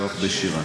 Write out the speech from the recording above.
לפתוח בשירה.